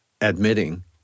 admitting